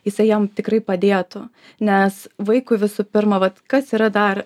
jisai jam tikrai padėtų nes vaikui visų pirma vat kas yra dar